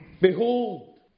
Behold